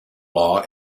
law